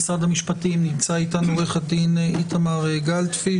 משרד המשפטים עו"ד איתמר גלפיש,